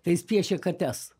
tai jis piešė kates